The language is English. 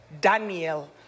Daniel